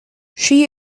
she